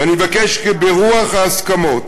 ואני מבקש, כי ברוח ההסכמות,